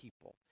people